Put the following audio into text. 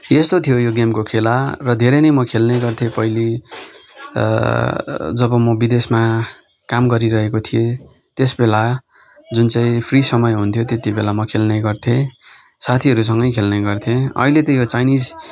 यस्तो थियो यो गेमको खेला र धेरै नै म खेल्ने गर्थेँ पैली जब म विदेशमा काम गरिरहेको थिएँ त्यसबेला जुन चाहिँ फ्री समय हुन्थ्यो त्यति बेला म खेल्ने गर्थेँ साथीहरूसँगै खेल्ने गर्थे ऐले त यो चाइनिज